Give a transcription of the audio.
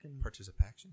Participation